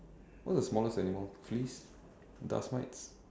what's the smallest animal fleas dust mites